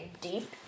deep